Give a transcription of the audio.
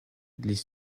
les